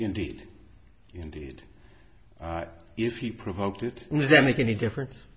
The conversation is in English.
indeed indeed if he provoked it does that make any difference